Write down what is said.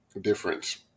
difference